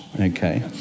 okay